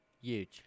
huge